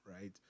right